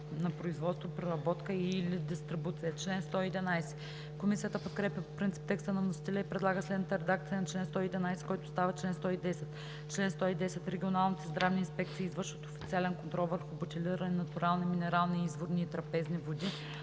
на производство, преработка и/или дистрибуция.“ Комисията подкрепя по принцип текста на вносителя и предлага следната редакция на чл. 111, който става чл. 110: „Чл. 110. Регионалните здравни инспекции извършват официален контрол върху бутилирани натурални минерални, изворни и трапезни води